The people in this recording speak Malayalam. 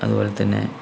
അതുപോലെ തന്നെ